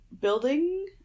building